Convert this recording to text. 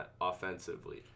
offensively